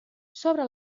sobre